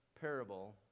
parable